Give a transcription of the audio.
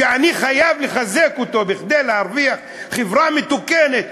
שאני חייב לחזק אותו כדי להרוויח חברה מתוקנת,